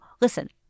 listen